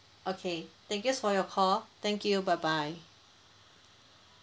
okay thank you for your call thank you bye bye